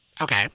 Okay